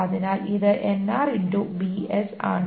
അതിനാൽ ഇത് ആണ്